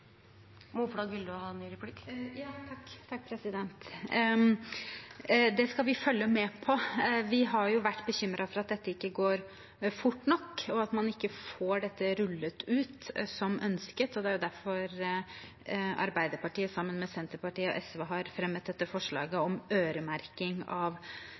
Det skal vi følge med på. Vi har vært bekymret for at dette ikke går fort nok, og at man ikke får dette rullet ut som ønsket. Det er derfor Arbeiderpartiet sammen med Senterpartiet og SV har fremmet dette forslaget om øremerking av